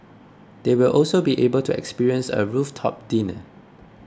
they will also be able to experience a rooftop dinner